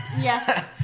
Yes